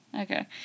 Okay